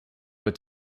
were